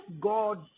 God